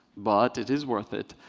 but it is worth it.